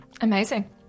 Amazing